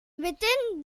within